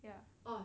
ya